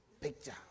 picture